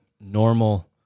normal